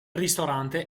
ristorante